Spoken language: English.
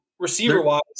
Receiver-wise